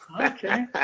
Okay